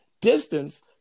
Distance